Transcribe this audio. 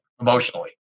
emotionally